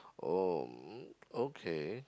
oh okay